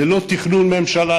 ללא תכנון ממשלה,